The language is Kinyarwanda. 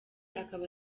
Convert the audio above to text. akaba